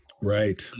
Right